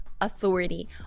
authority